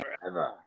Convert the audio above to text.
forever